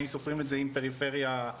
האם סופרים את זה עם פריפריה חברתית,